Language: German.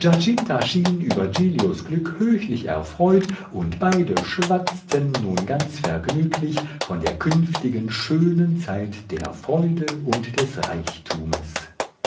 über giglios glück höchlich erfreut und beide schwatzten nun ganz vergnüglich von der künftigen schönen zeit der freude und des reichtumes